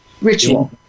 ritual